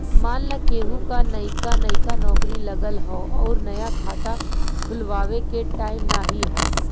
मान ला केहू क नइका नइका नौकरी लगल हौ अउर नया खाता खुल्वावे के टाइम नाही हौ